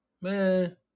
man